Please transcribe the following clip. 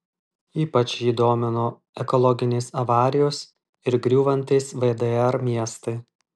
ypač jį domino ekologinės avarijos ir griūvantys vdr miestai